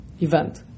event